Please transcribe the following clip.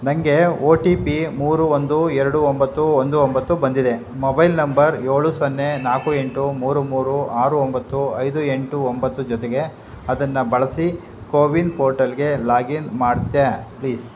ನನಗೆ O T P ಮೂರು ಒಂದು ಎರಡು ಒಂಬತ್ತು ಒಂದು ಒಂಬತ್ತು ಬಂದಿದೆ ಮೊಬೈಲ್ ನಂಬರ್ ಏಳು ಸೊನ್ನೆ ನಾಲ್ಕು ಎಂಟು ಮೂರು ಮೂರು ಆರು ಒಂಬತ್ತು ಐದು ಎಂಟು ಒಂಬತ್ತು ಜೊತೆಗೆ ಅದನ್ನ ಬಳಸಿ ಕೋವಿನ್ ಪೋರ್ಟಲ್ಗೆ ಲಾಗಿನ್ ಮಾಡ್ತೀಯಾ ಪ್ಲೀಸ್